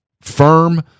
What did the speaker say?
firm